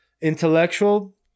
intellectual